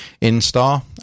instar